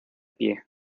pie